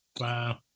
Wow